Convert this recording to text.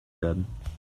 werden